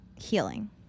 healing